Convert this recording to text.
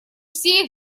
все